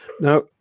Now